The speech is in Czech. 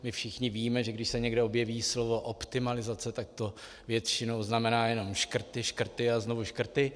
My všichni víme, že když se někde objeví slovo optimalizace, tak to většinou znamená jenom škrty, škrty a znovu škrty.